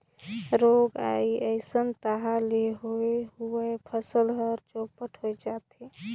रोग राई अइस तहां ले होए हुवाए फसल हर चैपट होए जाथे